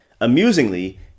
Amusingly